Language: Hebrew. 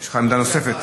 יש לך עמדה נוספת?